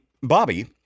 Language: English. Bobby